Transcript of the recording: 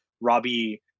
Robbie